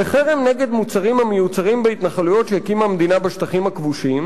"לחרם נגד מוצרים המיוצרים בהתנחלויות שהקימה המדינה בשטחים הכבושים,